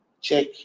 check